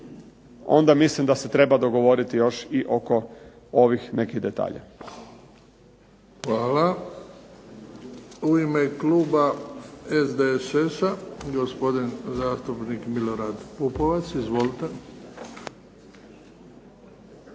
onda mislim da se treba dogovoriti još i oko ovih nekih detalja. **Bebić, Luka (HDZ)** Hvala. U ime kluba SDSS-a, gospodin zastupnik Milorad Pupovac. Izvolite.